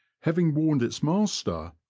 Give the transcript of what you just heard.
having warned its master,